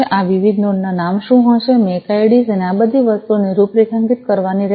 આ વિવિધ નોડ ના નામ શું હશે મેક આઈડી અને આ બધી વસ્તુઓને રૂપરેખાંકિત કરવાની રહેશે